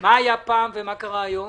מה היה פה בעבר ומה קורה היום?